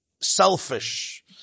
selfish